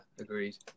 agreed